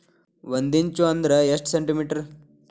ಒಂದಿಂಚು ಅಂದ್ರ ಎಷ್ಟು ಸೆಂಟಿಮೇಟರ್?